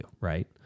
right